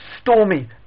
stormy